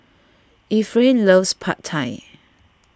Efrain loves Pad Thai